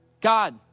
God